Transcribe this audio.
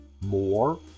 more